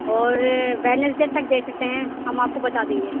اور ویڈنسڈے تک دے سکتے ہیں ہم آپ کو بتا دیں گے